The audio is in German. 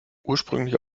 ursprünglich